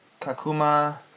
Kakuma